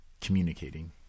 communicating